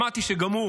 שמעתי שגם הוא